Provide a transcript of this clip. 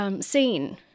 scene